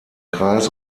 kreis